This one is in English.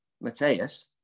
Mateus